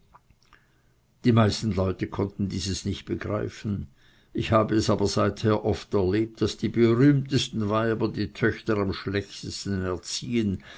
die meisten leute konnten dieses nicht begreifen ich habe es aber seither oft erlebt daß die berühmtesten weiber die töchter am schlechtesten erziehen